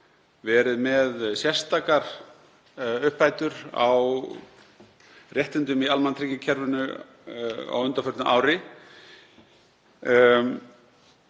verið með sérstakar uppbætur á réttindum í almannatryggingakerfinu á undanförnu ári.